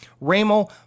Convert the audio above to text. Ramo